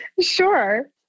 Sure